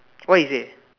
what he say